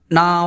Now